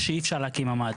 הסמכויות היו ממש מינוריות,